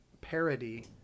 parody